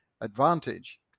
advantage